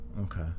Okay